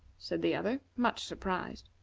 said the other, much surprised.